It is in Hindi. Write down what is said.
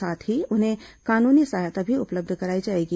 साथ ही उन्हें कानूनी सहायता भी उपलब्ध कराई जाएगी